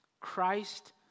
Christ